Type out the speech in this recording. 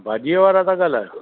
हा भाॼी वारा था ॻाल्हायो